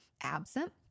absent